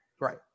Right